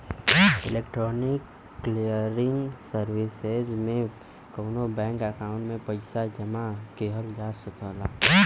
electronic clearing services में कउनो bank account में पइसा जमा किहल जा सकला